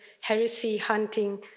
heresy-hunting